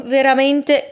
Veramente